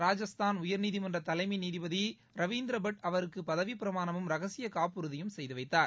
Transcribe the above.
ராஜஸ்தான் உயர்நீதிமன்ற தலைமை நீதிபதி ரவீந்தரபட் அவருக்கு பதவிப் பிரமாணமும் ரகசிய காப்புறுதியும் செய்து வைத்தார்